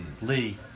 Lee